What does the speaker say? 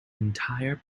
entire